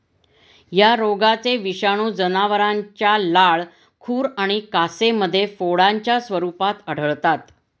या रोगाचे विषाणू जनावरांच्या लाळ, खुर आणि कासेमध्ये फोडांच्या स्वरूपात आढळतात